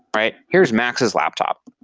but here's max's laptop,